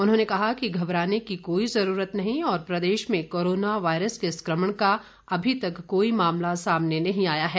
उन्होंने कहा कि घबराने की कोई जरूरत नहीं और प्रदेश में कोरोना वायरस के संक्रमण का अभी तक कोई मामला सामने नहीं आया है